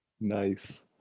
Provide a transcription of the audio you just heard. Nice